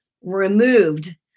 removed